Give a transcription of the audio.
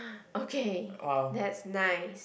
okay that's nice